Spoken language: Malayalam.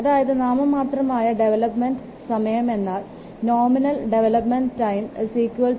അതായത് നാമമാത്രമായ ഡെവലപ്മെൻറ് സമയം എന്നാൽ നോമിനൽ ഡെവലപ്മെൻറ് ടൈം 2